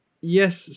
Yes